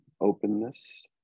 openness